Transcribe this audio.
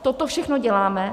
Toto všechno děláme.